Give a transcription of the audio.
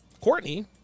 Courtney